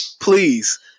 please